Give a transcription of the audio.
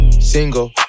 single